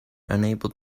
unable